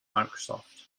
microsoft